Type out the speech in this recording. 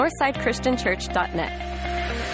northsidechristianchurch.net